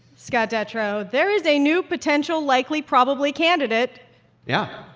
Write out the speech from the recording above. scott detrow, there is a new potential likely probably candidate yeah,